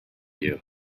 you